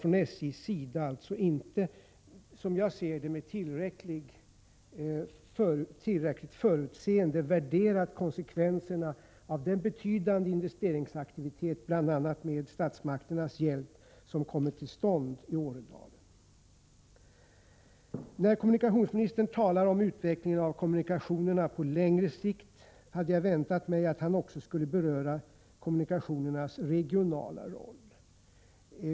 Från SJ:s sida har man alltså inte, som jag ser det, med tillräckligt förutseende värderat konsekvenserna av den betydande investeringsaktivitet — bl.a. med statsmakternas hjälp — som ägt rum i Åredalen. När kommunikationsministern talade om utvecklingen av kommunikationerna på längre sikt, väntade jag mig att han också skulle beröra kommunikationernas regionalpolitiska roll.